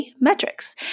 metrics